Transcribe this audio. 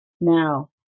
now